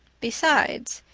besides,